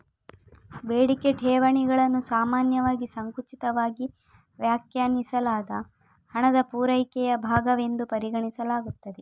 ಬೇಡಿಕೆ ಠೇವಣಿಗಳನ್ನು ಸಾಮಾನ್ಯವಾಗಿ ಸಂಕುಚಿತವಾಗಿ ವ್ಯಾಖ್ಯಾನಿಸಲಾದ ಹಣದ ಪೂರೈಕೆಯ ಭಾಗವೆಂದು ಪರಿಗಣಿಸಲಾಗುತ್ತದೆ